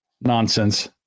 nonsense